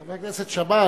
חבר הכנסת שאמה,